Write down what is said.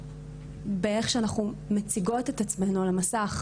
באיך שאנחנו מציגות את עצמנו על המסך,